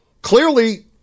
Clearly